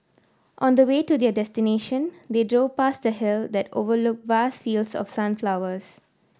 on the way to their destination they drove past a hill that overlooked vast fields of sunflowers